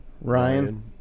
Ryan